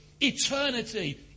eternity